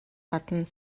гадна